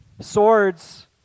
Swords